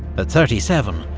at thirty seven,